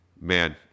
man